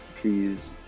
please